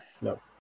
No